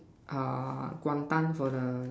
uh Guangdang for the